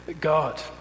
God